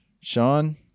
Sean